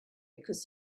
because